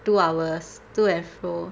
two hours to and fro